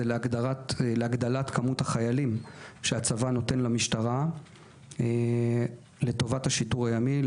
להגדלת כמות החיילים שהצבא נותן למשטרה לטובת השיטור הימי,